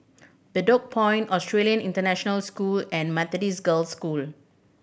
Bedok Point Australian International School and Methodist Girls' School